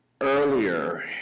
earlier